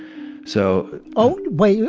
so. oh, wait,